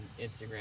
instagram